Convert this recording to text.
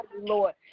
Lord